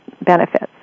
benefits